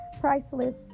Priceless